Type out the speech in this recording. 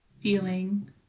feeling